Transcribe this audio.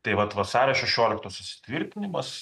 tai vat vasario šešioliktos susitvirtinimas